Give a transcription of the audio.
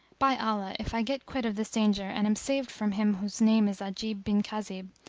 by allah, if i get quit of this danger and am saved from him whose name is ajib bin khazib,